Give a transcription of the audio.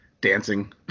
dancing